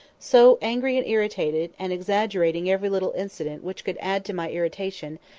so, angry and irritated, and exaggerating every little incident which could add to my irritation,